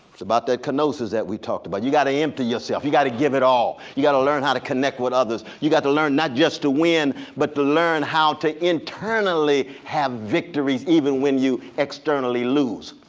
it's about that kenosis that we talked about. you gotta empty yourself. you gotta give it all. you gotta learn how to connect with others. you got to learn not just to win, but to learn how to internally have victories even when you externally lose.